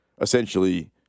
essentially